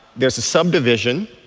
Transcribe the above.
there's a subdivision,